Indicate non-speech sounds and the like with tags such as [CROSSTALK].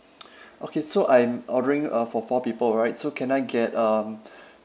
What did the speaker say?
okay so I am ordering uh for four people right so can I get um [BREATH]